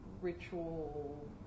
ritual